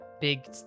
Big